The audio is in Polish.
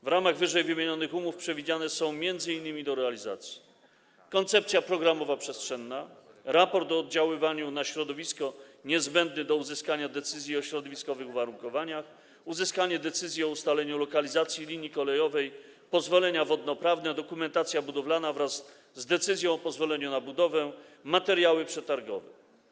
W ramach ww. umów przewidziane są m.in. do realizacji: koncepcja programowo-przestrzenna, raport o oddziaływaniu na środowisko niezbędny do uzyskania decyzji o środowiskowych uwarunkowaniach, uzyskanie decyzji o ustaleniu lokalizacji linii kolejowej, pozwolenia wodnoprawne, dokumentacja budowlana wraz z decyzją o pozwoleniu na budowę, materiały przetargowe.